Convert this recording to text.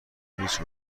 نیست